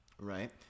right